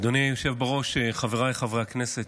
אדוני היושב-ראש, חבריי חברי הכנסת,